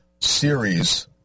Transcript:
series